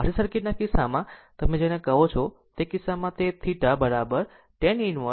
RC સર્કિટના કિસ્સામાં તમે જેને કહો કરો છો તે કિસ્સામાં તે θ tan inverse 1 upon ω c